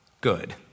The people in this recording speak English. good